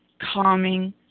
calming